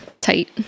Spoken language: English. tight